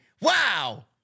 Wow